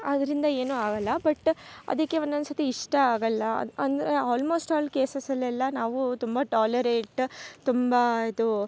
ಅದರಿಂದ ಏನು ಆಗಲ್ಲ ಬಟ್ ಅದಕ್ಕೆ ಒಂದೊಂದ್ಸರ್ತಿ ಇಷ್ಟ ಆಗಲ್ಲ ಅಂದರೆ ಆಲ್ಮೋಸ್ಟ್ ಆಲ್ ಕೇಸಸ್ಲೆಲ್ಲ ನಾವು ತುಂಬ ಟಾಲರೇಟ್ ತುಂಬಾ ಇದು